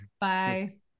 Bye